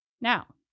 Now